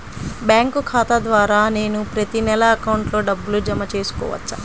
Bank ఖాతా ద్వారా నేను ప్రతి నెల అకౌంట్లో డబ్బులు జమ చేసుకోవచ్చా?